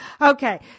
Okay